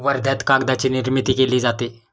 वर्ध्यात कागदाची निर्मिती केली जाते